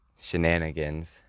shenanigans